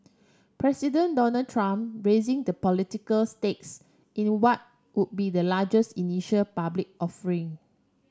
President Donald Trump raising the political stakes in what would be the largest initial public offering